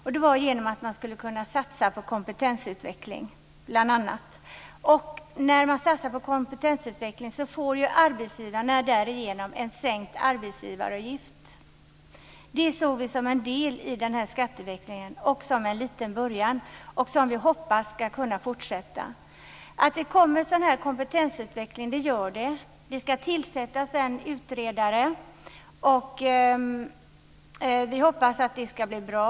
Det handlar om att man bl.a. ska kunna satsa på kompetensutveckling. När man satsar på kompetensutveckling får arbetsgivarna en sänkt arbetsgivaravgift. Det såg vi som en del i skatteväxlingen och som en liten början. Vi hoppas att det ska leda till en fortsättning. Nu kommer kompetensutvecklingen. Det ska tillsättas en utredare. Vi hoppas att det ska bli bra.